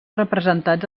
representats